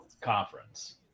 conference